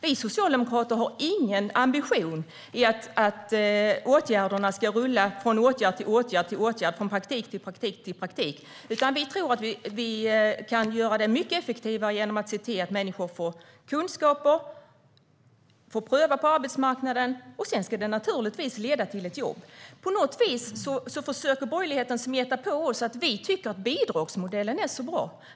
Vi socialdemokrater har ingen ambition att människor ska rulla från åtgärd till åtgärd och från praktik till praktik, utan vi tror att vi kan göra det mycket effektivare genom att se till att människor får kunskaper och får pröva på arbetsmarknaden. Sedan ska det naturligtvis leda till ett jobb. På något vis försöker borgerligheten smeta på oss att vi tycker att bidragsmodellen är så bra.